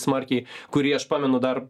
smarkiai kurį aš pamenu dar